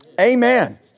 Amen